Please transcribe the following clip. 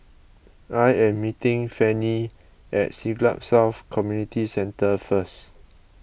I am meeting Fannie at Siglap South Community Centre first